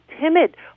timid